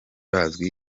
bazi